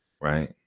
right